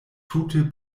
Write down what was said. tute